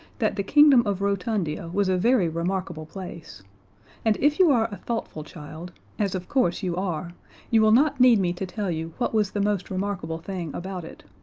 that the kingdom of rotundia was a very remarkable place and if you are a thoughtful child as of course you are you will not need me to tell you what was the most remarkable thing about it.